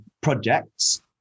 projects